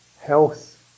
health